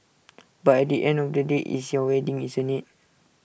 but at the end of the day it's your wedding isn't IT